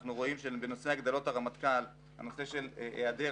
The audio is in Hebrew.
אנחנו רואים שבנושא הגדלות הרמטכ"ל הנושא של היעדר